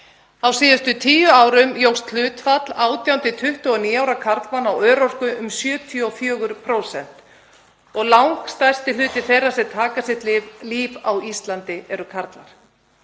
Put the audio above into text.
Á síðustu tíu árum jókst hlutfall 18–29 ára karlmanna á örorku um 74%. Langstærsti hluti þeirra sem fyrirfara sér á Íslandi eru karlar.